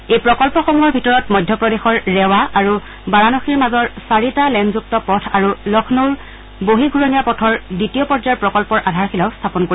এই প্ৰকল্পসমূহৰ ভিতৰত মধ্যপ্ৰদেশৰ ৰেৱা আৰু বাৰানসীৰ মাজৰ চাৰিটা লেনযুক্ত পথ আৰু লক্ষ্ণৌৰ বহিঃঘূৰণীয় পথৰ দ্বিতীয় পৰ্যায়ৰ প্ৰকল্পৰ আধাৰশিলাও স্থাপন কৰিব